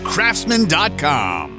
Craftsman.com